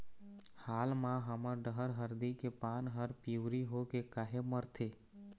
हाल मा हमर डहर हरदी के पान हर पिवरी होके काहे मरथे?